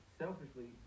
selfishly